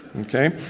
Okay